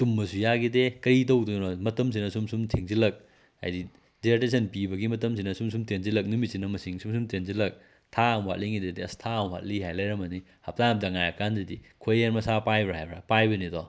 ꯇꯨꯝꯕꯁꯨ ꯌꯥꯈꯤꯗꯦ ꯀꯔꯤ ꯇꯧꯗꯣꯏꯅꯣ ꯃꯇꯝꯁꯤꯅ ꯁꯨꯝ ꯁꯨꯝ ꯊꯦꯡꯖꯤꯜꯂꯛ ꯍꯥꯏꯗꯤ ꯗꯤꯖꯥꯔꯇꯦꯁꯟ ꯄꯤꯕꯒꯤ ꯃꯇꯝꯁꯤꯅ ꯁꯨꯝ ꯁꯨꯝ ꯇꯦꯟꯖꯤꯜꯂꯛ ꯅꯨꯃꯤꯠꯁꯤꯅ ꯃꯁꯤꯡ ꯁꯨꯝ ꯁꯨꯝ ꯇꯦꯟꯖꯤꯜꯂꯛ ꯊꯥ ꯑꯃ ꯋꯥꯠꯂꯤꯉꯩꯗꯗꯤ ꯑꯁ ꯊꯥ ꯑꯃ ꯋꯥꯠꯂꯤ ꯍꯥꯏꯅ ꯂꯩꯔꯝꯃꯅꯤ ꯍꯞꯇꯥ ꯑꯃꯇꯪ ꯉꯥꯏꯔ ꯀꯥꯟꯗꯗꯤ ꯈꯣꯏꯔꯦꯟ ꯃꯁꯥ ꯄꯥꯏꯕ ꯍꯥꯏꯕ꯭ꯔꯥ ꯄꯥꯏꯕꯅꯤꯗꯣ